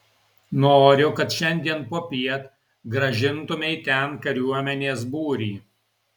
noriu kad šiandien popiet grąžintumei ten kariuomenės būrį